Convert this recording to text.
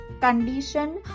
condition